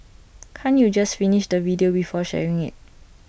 can't you just finish the video before sharing IT